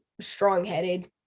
strong-headed